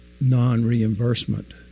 non-reimbursement